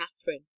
Catherine